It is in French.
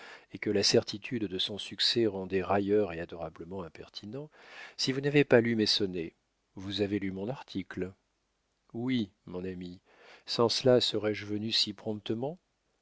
et que la certitude de son succès rendait railleur et adorablement impertinent si vous n'avez pas lu mes sonnets vous avez lu mon article oui mon ami sans cela serais-je venu si promptement